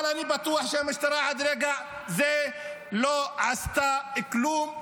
אבל אני בטוח שהמשטרה עד רגע זה לא עשתה כלום,